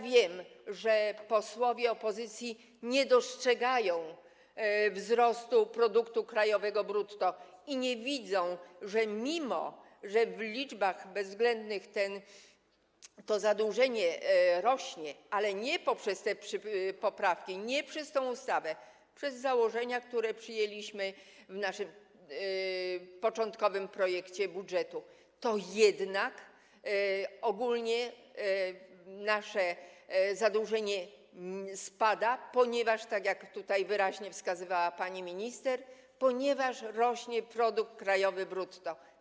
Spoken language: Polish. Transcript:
Wiem, że posłowie opozycji nie dostrzegają wzrostu produktu krajowego brutto ani nie widzą, że mimo iż w liczbach bezwzględnych to zadłużenie rośnie - ale nie przez te poprawki, nie przez tę ustawę, a przez założenia, które przyjęliśmy w naszym początkowym projekcie budżetu - to jednak ogólnie nasze zadłużenie spada, ponieważ, tak jak tutaj wyraźnie wskazywała pani minister, rośnie produkt krajowy brutto.